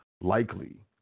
likely